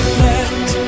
let